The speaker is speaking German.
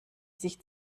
sich